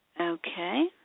Okay